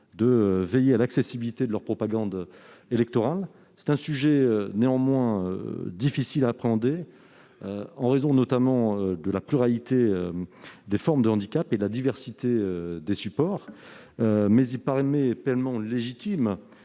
de veiller à l'accessibilité de leur propagande électorale. C'est un sujet difficile à appréhender, notamment en raison de la pluralité des formes de handicap et de la diversité des supports. Mais il paraît pleinement légitime